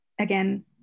again